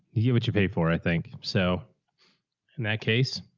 you get what you pay for, i think. so in that case,